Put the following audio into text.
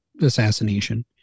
assassination